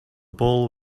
bowl